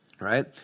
right